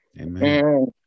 amen